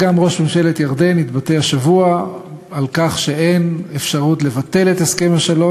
גם ראש ממשלת ירדן התבטא השבוע על כך שאין אפשרות לבטל את הסכם השלום,